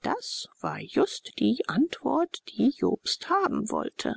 das war just die antwort die jobst haben wollte